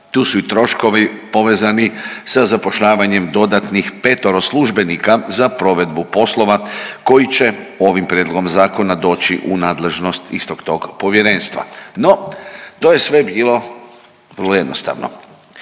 tu su i troškovi povezani sa zapošljavanjem dodatnih petero službenika za provedbu poslova koji će ovim prijedlogom zakona doći u nadležnost istog tog povjerenstva. No, to je sve bilo vrlo jednostavno,